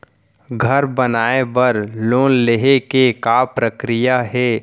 घर बनाये बर लोन लेहे के का प्रक्रिया हे?